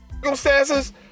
circumstances